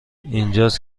اینجاست